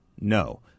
no